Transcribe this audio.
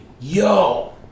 yo